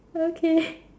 okay